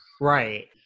Right